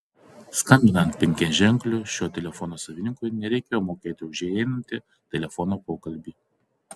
skambinant penkiaženkliu šio telefono savininkui nereikia mokėti už įeinantį telefono pokalbį